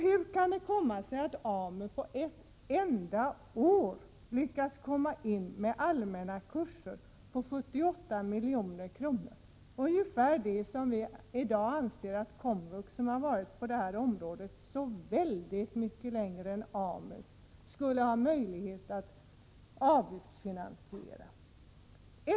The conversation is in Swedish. Hur kan det komma sig att AMU på ett enda år lyckats komma med allmänna = Prot. 1987/88:110 kurser för 78 milj.kr., ungefär lika mycket som vi i dag anser att komvux, 28 april 1988 som har verkat på detta område mycket längre än AMU, skulle ha möjlighet att avgiftsfinansiera?